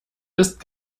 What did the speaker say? ist